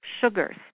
sugars